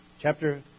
chapter